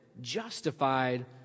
justified